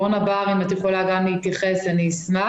אם אורנה בר יכולה להתייחס, אני אשמח.